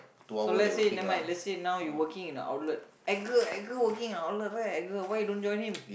so let's say never mind let's say now you working in a outlet Edgar Edgar working in an outlet right why you don't join him